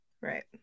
Right